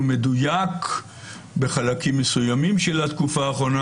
מדויק בחלקים מסוימים של התקופה האחרונה.